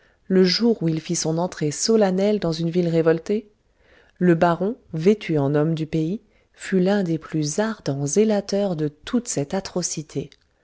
le jour où il fit son entrée solennelle dans une ville révoltée le baron vêtu en homme du pays fut l'un des plus ardents zélateurs de toute cette atrocité